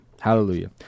Hallelujah